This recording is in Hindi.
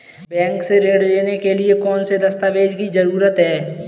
बैंक से ऋण लेने के लिए कौन से दस्तावेज की जरूरत है?